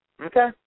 Okay